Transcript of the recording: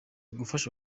ugufasha